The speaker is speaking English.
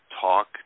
talk